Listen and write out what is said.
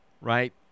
right